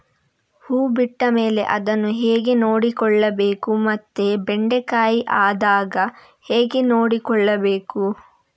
ಹೂ ಬಿಟ್ಟ ಮೇಲೆ ಅದನ್ನು ಹೇಗೆ ನೋಡಿಕೊಳ್ಳಬೇಕು ಮತ್ತೆ ಬೆಂಡೆ ಕಾಯಿ ಆದಾಗ ಹೇಗೆ ನೋಡಿಕೊಳ್ಳಬೇಕು?